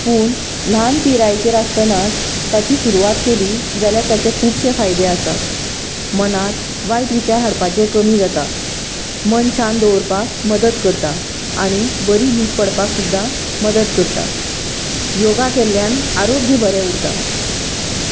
पूण ल्हान पिरायेचेर आसतनात ताची सुरवात केली जाल्यार ताचे खुबशें फायदे आसात मनांत वायट विचार हाडपाचे कमी जाता मनशान दवरपाक मदत करता आनी बरी न्हिद पडपाक सुद्दां मदत करता योगा केल्ल्यान आरोग्य बरें उरता